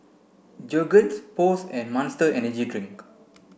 Jergens Post and Monster Energy Drink